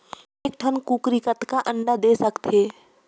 एक ठन कूकरी कतका अंडा दे सकथे?